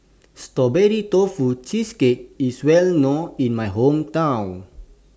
Strawberry Tofu Cheesecake IS Well known in My Hometown